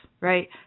Right